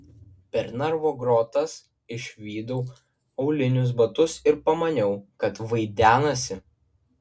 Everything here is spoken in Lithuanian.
per narvo grotas išvydau aulinius batus ir pamaniau kad vaidenasi